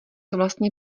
vlastně